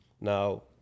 Now